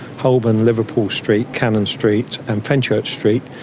holborn, liverpool street, cannon street and fenchurch street,